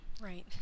right